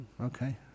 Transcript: Okay